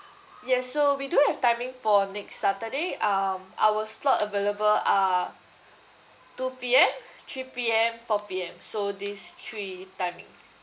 yes so we do have timing for next saturday um our slot available are two P_M three P_M four P_M so these three timing